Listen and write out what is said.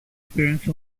appearance